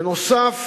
בנוסף